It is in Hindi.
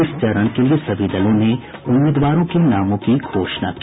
इस चरण के लिये सभी दलों ने उम्मीदवारों के नामों की घोषणा की